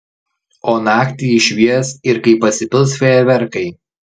o naktį jis švies ir kai pasipils fejerverkai